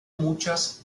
muchas